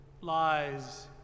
lies